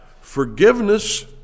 forgiveness